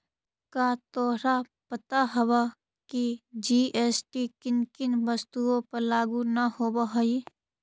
का तोहरा पता हवअ की जी.एस.टी किन किन वस्तुओं पर लागू न होवअ हई